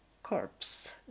Corpse